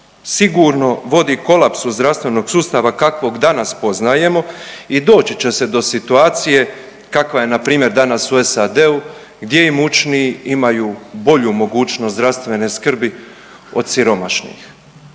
sigurno vodi kolapsu zdravstvenog sustava kakvog danas poznajemo i doći će se do situacije kakva je npr. danas u SAD-u gdje imućniji imaju bolju mogućnost zdravstvene skrbi od siromašnih.